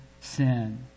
sin